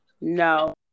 No